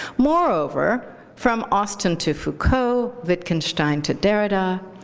moreover, from austen to foucault, wittgenstein to derrida,